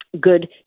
good